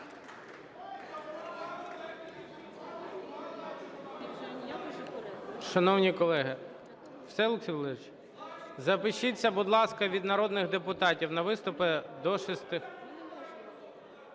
Шановні колеги… Все, Олексій Валерійович? Запишіться, будь ласка, від народних депутатів на виступи – до